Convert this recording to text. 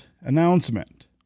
announcement